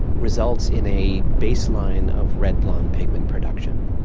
results in a baseline of red blonde pigment production.